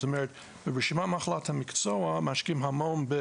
ברשימת מחלות המקצוע משקיעים המון.